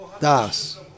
das